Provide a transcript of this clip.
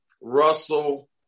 Russell